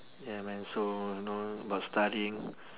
ya man so you know about studying